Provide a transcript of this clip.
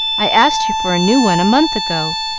i asked you for a new one a month ago,